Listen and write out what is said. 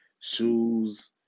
shoes